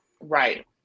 right